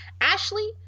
ashley